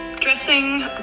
dressing